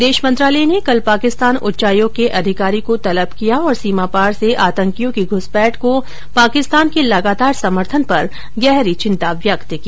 विदेश मंत्रालय ने कल पाकिस्तान उच्चायोग के अधिकारी को तलब किया और सीमा पार से आतंकियों की घ्रसपैठ को पाकिस्तान के लगातार समर्थन पर गहरी चिंता व्यक्त की